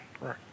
right